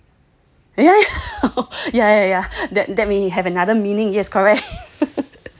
ya ya ya ya that that means you have another meaning yes correct !wah!